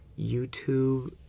YouTube